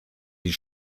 die